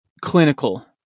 clinical